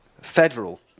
federal